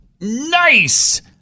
Nice